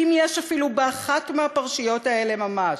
אם יש אפילו באחת מהפרשיות האלה ממש,